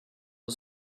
the